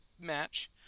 match